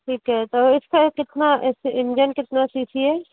ठीक है तो इसका कितना इंजन कितना सी सी है